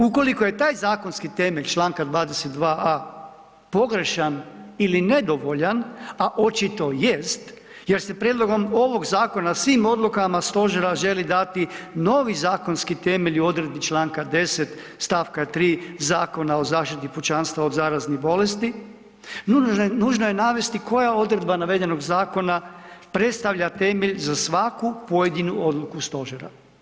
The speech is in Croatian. Ukoliko je taj zakonski temelj čl. 22.a pogrešan ili nedovoljan, a očito jest jer se prijedlogom ovog zakona svim odlukama stožera želi dati novi zakonski temelj u odredbi čl. 10. st. 3. Zakona o zaštiti pučanstva od zaraznih bolesti, nužno je navesti koja odredba navedenog zakona predstavlja temelj za svaku pojedinu odluku stožera.